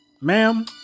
ma'am